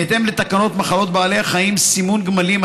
בהתאם לתקנות מחלות בעלי חיים (סימון גמלים),